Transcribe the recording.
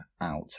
out